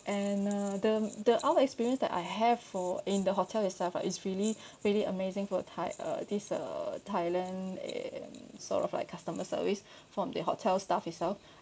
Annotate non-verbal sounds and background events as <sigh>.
and uh the the other experience that I have for in the hotel itself ah it's really <breath> really amazing for thai uh this uh thailand err sort of like customer service <breath> from the hotel staff as well